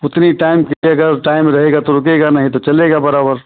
उतनी टाइम के लिए अगर वो टाइम रहेगा तो रुकेगा नहीं तो चलेगा बराबर